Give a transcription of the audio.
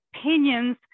opinions